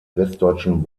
westdeutschen